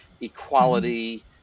equality